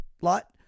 lot